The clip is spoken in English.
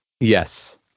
Yes